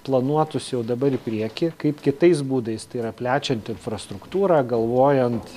planuotųsi jau dabar į priekį kaip kitais būdais tai yra plečiant infrastruktūrą galvojant